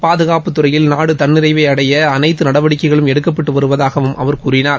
பாதுகாப்பு துறையில் நாடு தன்னிறைவு அடைய அனைத்து நடவடிக்கைகளும் எடுக்கப்பட்டு வருவதாக அவர் தெரிவித்தார்